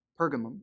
Pergamum